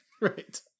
right